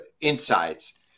insights